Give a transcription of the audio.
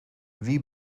wie